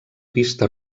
pista